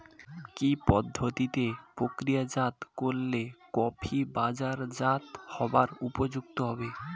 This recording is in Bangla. কি পদ্ধতিতে প্রক্রিয়াজাত করলে কফি বাজারজাত হবার উপযুক্ত হবে?